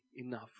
enough